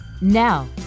Now